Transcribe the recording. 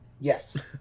Yes